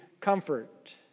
comfort